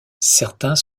certains